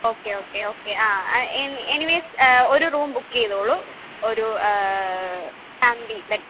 okay okay okay ആ anyways ഒരു room book ചെയ്തോളൂ ഒരു ഫാമിലി ബെഡ്റൂം